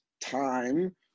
time